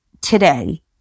today